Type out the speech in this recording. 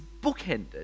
bookended